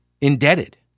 indebted